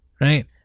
Right